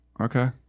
Okay